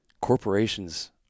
corporations